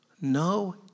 No